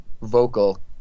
vocal